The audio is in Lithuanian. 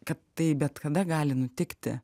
kad tai bet kada gali nutikti